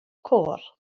côr